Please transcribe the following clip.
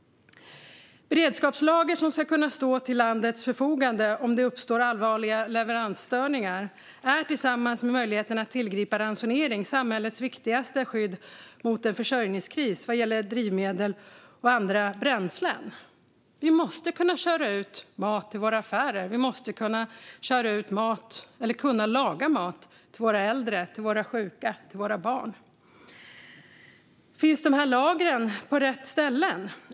Beredskapslager som ska kunna stå till landets förfogande om det uppstår allvarliga leveransstörningar är tillsammans med möjligheten att tillgripa ransonering samhällets viktigaste skydd mot en försörjningskris vad gäller drivmedel och andra bränslen. Vi måste kunna köra ut mat till våra affärer, och vi måste kunna laga mat till våra äldre, våra sjuka och våra barn. Finns de här lagren på rätt ställen?